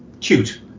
Cute